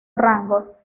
rango